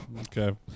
okay